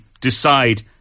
decide